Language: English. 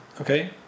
okay